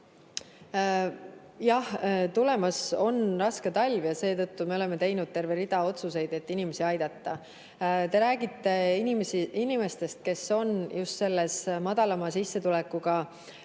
Jah, tulemas on raske talv ja seetõttu me oleme teinud terve rea otsuseid, et inimesi aidata. Te räägite inimestest, kes on just selles madalama sissetulekuga